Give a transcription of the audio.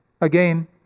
Again